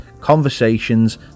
conversations